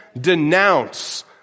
denounce